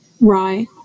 Right